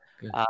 Good